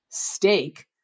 steak